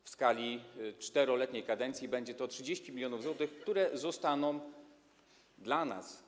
W skali 4-letniej kadencji będzie to 30 mln zł, które zostaną dla nas.